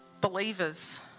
believers